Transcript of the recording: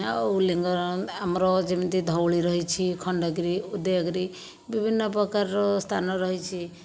ଆଉ ଲିଙ୍ଗର ଆମର ଯେମିତି ଧଉଳି ରହିଛି ଖଣ୍ଡଗିରି ଉଦୟଗିରି ବିଭିନ୍ନ ପ୍ରକାରର ସ୍ଥାନ ରହିଛି